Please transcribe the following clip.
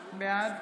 בעד